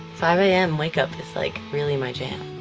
five a m. wake up is like, really my jam.